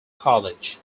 college